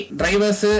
drivers